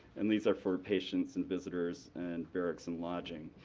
and these are for patients and visitors, and barracks and lodging.